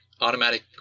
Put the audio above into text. automatic